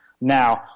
Now